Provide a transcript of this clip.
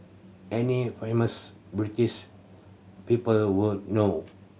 any famous British people would know